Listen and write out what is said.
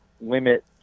limit